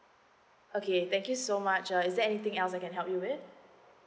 okay thank you so much uh is there anything else I can help you with